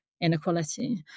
inequality